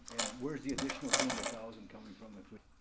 and where's the additional two hundred thousand coming from if we.